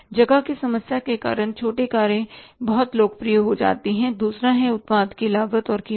जगह की समस्या के कारण छोटी कारें बहुत लोकप्रिय हो जाती हैं दूसरा है उत्पाद की लागत और कीमत